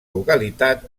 localitat